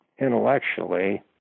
intellectually